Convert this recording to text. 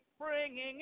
bringing